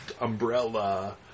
umbrella